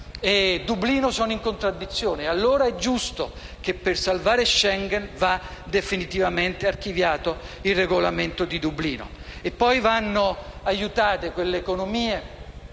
Dublino sono in contraddizione. Allora è giusto che per salvare Schengen sia definitivamente archiviato il Regolamento di Dublino. Vanno poi aiutate le economie